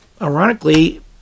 ironically